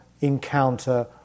encounter